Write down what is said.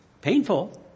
Painful